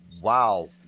wow